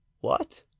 What